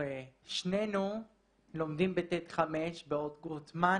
שנינו לומדים ב-ט' 5 באורט גרוטמן,